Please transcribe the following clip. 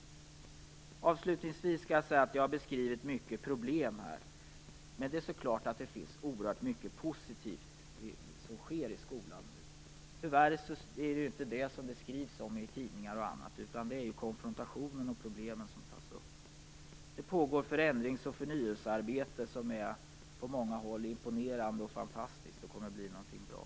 Avslutningsvis skall jag säga att jag nu har beskrivit många problem. Men det är klart att det också sker mycket positivt i skolan nu. Tyvärr är det inte detta som det skrivs om i tidningar och annat, utan det är konfrontationen och problemen som tas upp. Det pågår ett förändrings och förnyelsearbete som på många håll är imponerande och fantastiskt. Det kommer att leda till någonting bra.